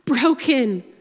broken